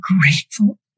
grateful